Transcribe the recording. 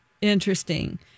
interesting